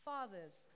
Fathers